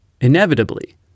inevitably